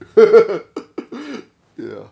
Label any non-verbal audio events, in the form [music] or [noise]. [laughs] ya